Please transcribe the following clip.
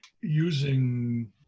using